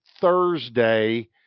thursday